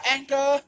Anchor